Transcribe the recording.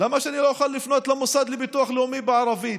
למה שאני לא אוכל לפנות למוסד לביטוח לאומי בערבית,